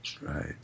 Right